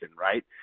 right